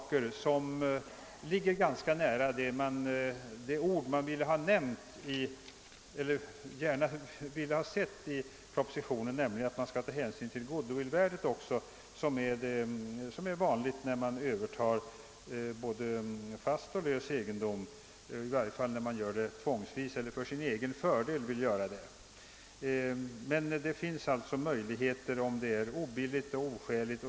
Detta ligger ganska nära det jag gärna skulle ha sett nämnt i propositionen, nämligen att hänsyn skall tas även till goodwillvärdet, såsom vanligt är vid övertagande av både fast och lös egenodm, i varje fall då övertagandet sker tvångsvis eller då man gör det till sin egen fördel.